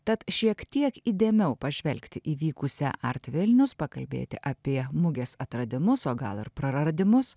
tad šiek tiek įdėmiau pažvelgti į įvykusią art vilnius pakalbėti apie mugės atradimus o gal ir praradimus